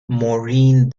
maureen